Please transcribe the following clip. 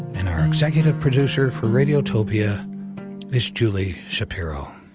and our executive producer for radiotopia is julie shapiro.